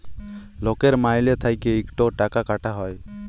লকের মাইলে থ্যাইকে ইকট টাকা কাটা হ্যয়